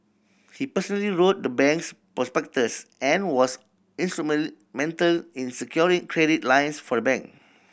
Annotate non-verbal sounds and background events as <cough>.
he personally wrote the bank's prospectus and was <unintelligible> mental in securing credit lines for the bank